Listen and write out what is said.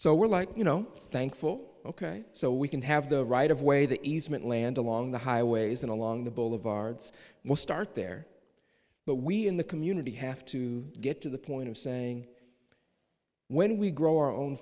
so we're like you know thankful ok so we can have the right of way the easement land along the highways and along the boulevards we'll start there but we in the community have to get to the point of saying when we grow our own